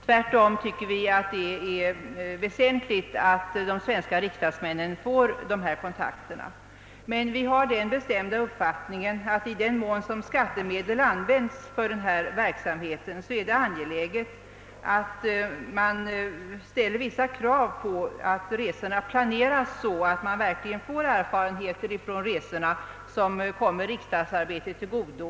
Tvärtom tycker vi att det är väsentligt att de svenska riksdagsmännen får just dessa kontakter. Men vi har den bestämda uppfattningen att i den mån skattemedel användes för denna verksamhet är det angeläget att man också ställer vissa krav på att resorna planeras på sådant sätt, att man verkligen får sådana erfarenheter från dessa resor att de kan komma riksdagsarbetet till godo.